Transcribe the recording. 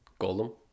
Golem